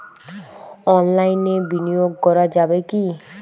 অনলাইনে বিনিয়োগ করা যাবে কি?